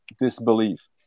disbelief